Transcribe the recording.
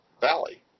Valley